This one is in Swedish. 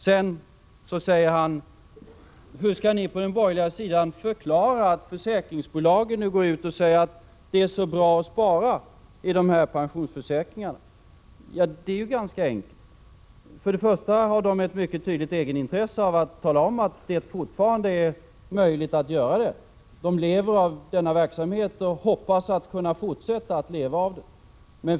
Sedan säger finansministern: Hur skall ni på den borgerliga sidan förklara att försäkringsbolagen går ut och säger att det är så bra att spara i dessa pensionsförsäkringar? Men det är ganska enkelt. För det första har bolagen ett mycket stort egenintresse att tala om att det fortfarande är möjligt att göra på detta sätt. De lever fortfarande av denna verksamhet och hoppas kunna fortsätta leva av den.